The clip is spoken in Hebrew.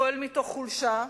פועל מתוך חולשה.